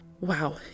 wow